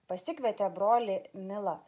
pasikvietė brolį milą